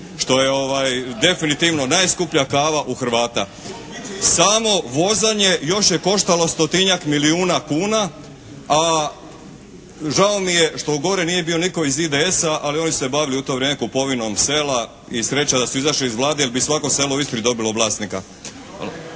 što je definitivno najskuplja kava u Hrvata. Samo vozanje još je koštalo stotinjak milijuna kuna, a žao mi je što gore nije bio nitko iz IDS-a, ali oni su se bavili u to vrijeme kupovinom sela i sreća da su izašli iz Vlade jer bi svako selo u Istri dobilo vlasnika.